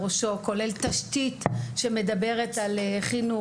כולל תשתית שמדברת על חינוך.